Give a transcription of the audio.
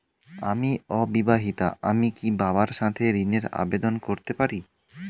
আমি অবিবাহিতা আমি কি বাবার সাথে ঋণের আবেদন করতে পারি?